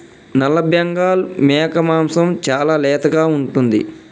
నల్లబెంగాల్ మేక మాంసం చాలా లేతగా ఉంటుంది